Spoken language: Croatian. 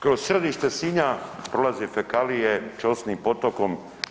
Kroz središte Sinja prolaze fekalije Čosinim potokom.